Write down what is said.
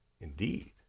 indeed